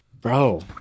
bro